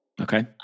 Okay